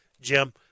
Jim